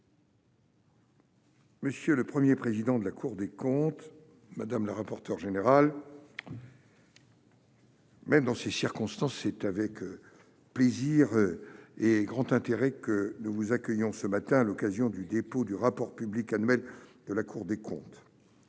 Monsieur le Premier président, madame la rapporteure générale, même dans ces circonstances, c'est avec plaisir et un grand intérêt que nous vous accueillons ce matin à l'occasion du dépôt du rapport public annuel de la Cour des comptes.